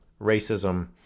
racism